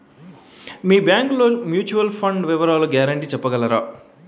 మీ bank లోని mutual fund వివరాల guarantee చెప్పగలరా?